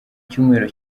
cyumweru